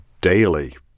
Daily